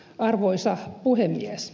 arvoisa puhemies